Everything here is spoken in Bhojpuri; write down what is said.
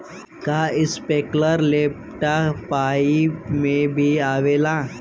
का इस्प्रिंकलर लपेटा पाइप में भी आवेला?